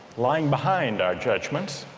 lying behind our judgments